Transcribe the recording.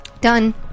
Done